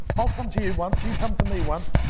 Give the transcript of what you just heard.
i'll come to you once, you come to me once,